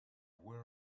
where